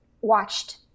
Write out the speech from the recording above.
watched